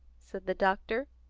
said the doctor.